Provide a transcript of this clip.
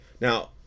Now